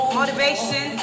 motivation